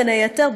בין היתר,